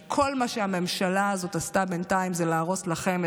כי כל מה שהממשלה הזאת עשתה בינתיים זה להרוס לכם,